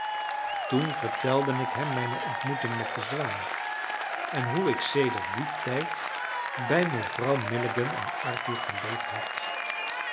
toen vertelde ik hem mijne ontmoeting met de zwaan en hoe ik sedert dien tijd bij mevrouw milligan en arthur geleefd had